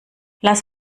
lass